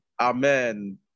Amen